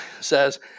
says